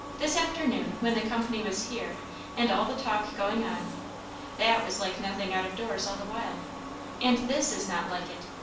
this afternoon, when the company was here and all the talk going on that was like nothing out of doors all the while and this is not like it.